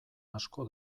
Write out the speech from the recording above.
asko